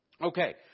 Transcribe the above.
Okay